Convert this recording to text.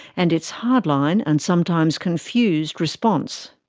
and its hard-line and sometimes confused response.